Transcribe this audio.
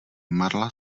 marla